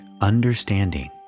understanding